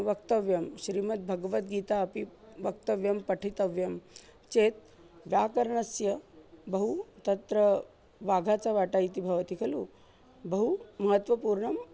वक्तव्यं श्रीमद्भगवद्गीता अपि वक्तव्यं पठितव्यं चेत् व्याकरणस्य बहु तत्र वागाचावाटा इति भवति खलु बहु महत्वपूर्णम्